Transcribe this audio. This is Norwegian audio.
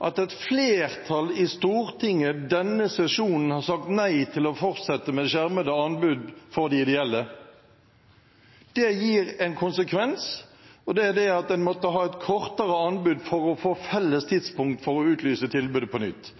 at et flertall i Stortinget denne sesjonen har sagt nei til å fortsette med skjermede anbud for de ideelle. Det gir en konsekvens, og det er det at en måtte ha et kortere anbud for å få felles tidspunkt for å utlyse tilbudet på nytt.